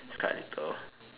it's quite little